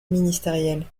ministérielle